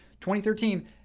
2013